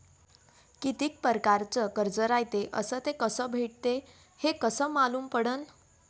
कितीक परकारचं कर्ज रायते अस ते कस भेटते, हे कस मालूम पडनं?